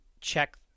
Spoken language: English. check